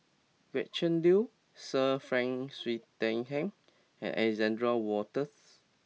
Gretchen Liu Sir Frank Swettenham and Alexander Wolters